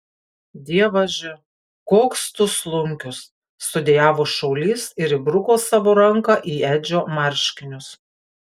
dievaži koks tu slunkius sudejavo šaulys ir įbruko savo ranką į edžio marškinius